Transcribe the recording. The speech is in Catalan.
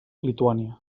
lituània